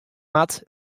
moat